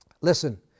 Listen